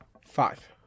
Five